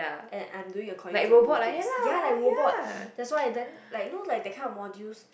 and I am doing according to the rubric ya like robot that why then like you know like that kind of modules